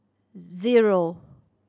zero